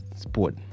sport